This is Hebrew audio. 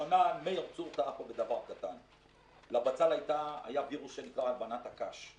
השנה לבצל היה וירוס שנקרא "הלבנת הקש".